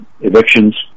evictions